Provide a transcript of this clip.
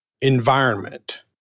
environment